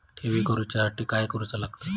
ठेवी करूच्या साठी काय करूचा लागता?